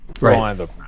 Right